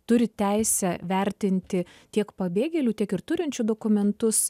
turi teisę vertinti tiek pabėgėlių tiek ir turinčių dokumentus